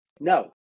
no